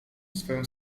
swoją